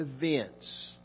events